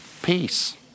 peace